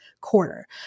quarter